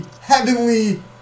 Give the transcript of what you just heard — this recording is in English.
heavenly